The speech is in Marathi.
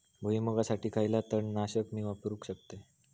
भुईमुगासाठी खयला तण नाशक मी वापरू शकतय?